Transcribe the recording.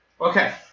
Okay